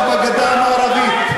הכיבוש הישראלי הנמשך בגדה המערבית,